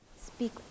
Speak